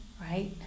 right